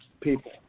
people